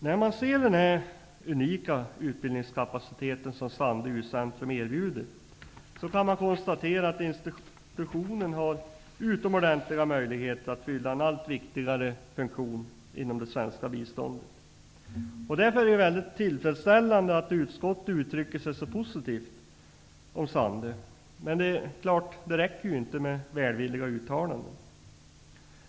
När man ser den unika utbildningskapacitet som Sandö U-centrum erbjuder, kan man konstatera att institutionen har utomordentliga möjligheter att fylla en allt viktigare funktion inom det svenska biståndet. Det är därför mycket tillfredsställande att utskottet uttrycker sig så positivt om Sandö. Men det räcker inte med välvilliga uttalanden.